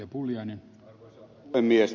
arvoisa puhemies